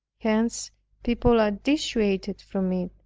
hence people are dissuaded from it,